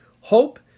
Hope